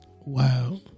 Wow